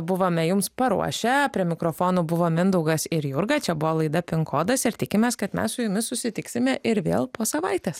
buvome jums paruošę prie mikrofonų buvo mindaugas ir jurga čia buvo laida pin kodas ir tikimės kad mes su jumis susitiksime ir vėl po savaitės